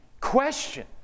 question